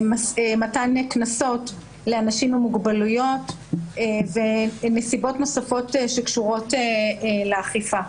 מתן קנסות לאנשים עם מוגבלויות ונסיבות נוספות שקשורות לאכיפה.